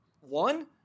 One